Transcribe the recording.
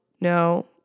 no